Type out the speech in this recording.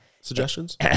suggestions